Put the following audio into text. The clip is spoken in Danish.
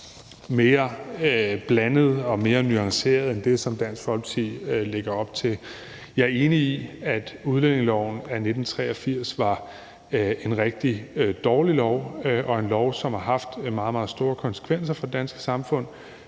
mere blandet og mere nuanceret end det, som Dansk Folkeparti lægger op til. Jeg er enig i, at udlændingeloven af 1983 var en rigtig dårlig lov og en lov, som har haft meget, meget store konsekvenser for det danske samfund.